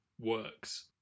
works